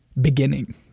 beginning